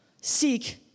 Seek